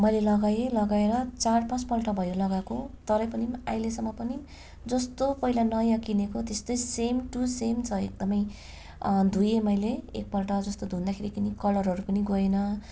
मैले लगाएँ लगाएर चार पाँच पल्ट भयो लगाएको तर पनि अहिलेसम्म पनि जस्तो पहिला नयाँ किनेको त्यस्तै सेम टू सेम छ एकदमै धोएँ मैले एक पल्ट जस्तो धुँदाखेरि पनि कलरहरू पनि गएन